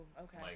Okay